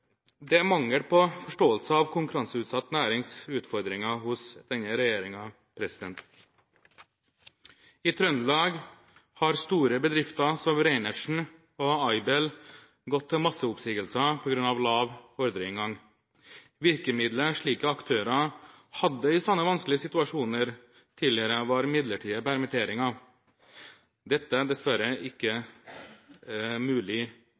Det er mangel på forståelse for den konkurranseutsatte nærings utfordringer i denne regjeringen. I Trøndelag har store bedrifter som Reinertsen og Aibel gått til masseoppsigelser på grunn av lav ordreinngang. Virkemiddelet slike aktører hadde i sånne vanskelige situasjoner tidligere, var midlertidige permitteringer. Dette er dessverre ikke mulig